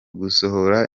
gusohora